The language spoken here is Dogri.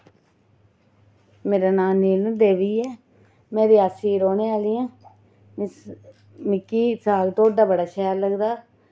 मेरा नां नीलम देवी ऐ मैं रियासी दी रोह्ने आह्ली ऐं इस मिकी साग ढोडा बड़ा शैल लगदा